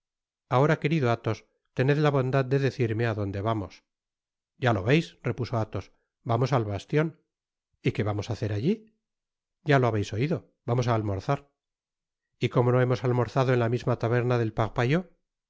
ahora querido athos tened la bondad de decirme á donde vamos ya lo veis repuso athos vamos al bastion y qué vamos á hacer alli ya lo habeis oido vamos á almorzar y como no hemos almorzado en la misma taberna del parpailtot